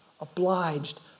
obliged